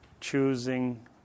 choosing